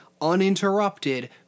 uninterrupted